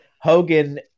Hogan